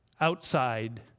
outside